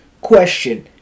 Question